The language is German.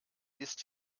ist